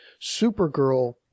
Supergirl